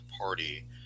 party